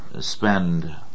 spend